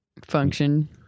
function